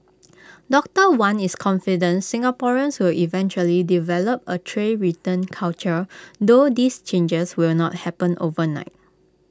doctor wan is confident Singaporeans will eventually develop A tray return culture though these changes will not happen overnight